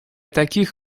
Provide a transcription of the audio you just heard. таких